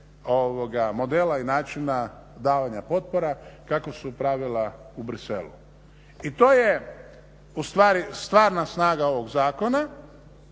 modela i načina davanja potpora kako su pravila u Bruxellesu. I to je u stvari stvarna snaga ovog zakona